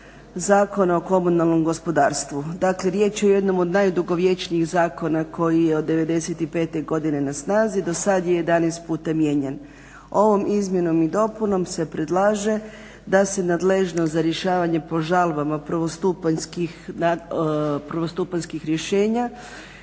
Zakona o komunalnom gospodarstvu. Dakle riječ je o jednom od najdugovječnijih zakona koji je od '95. godine na snazi, do sad je 11 puta mijenjan, ovom izmjenom i dopunom se predlaže da se nadležnost za rješavanje po žalbama prvostupanjskih rješenja